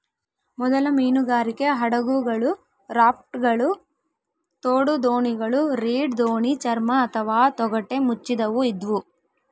ಮೊದಲ ಮೀನುಗಾರಿಕೆ ಹಡಗುಗಳು ರಾಪ್ಟ್ಗಳು ತೋಡುದೋಣಿಗಳು ರೀಡ್ ದೋಣಿ ಚರ್ಮ ಅಥವಾ ತೊಗಟೆ ಮುಚ್ಚಿದವು ಇದ್ವು